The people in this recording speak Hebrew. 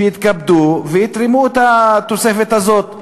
שיתכבדו ויתרמו את התוספת הזאת.